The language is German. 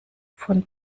von